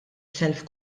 self